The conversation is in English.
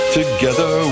together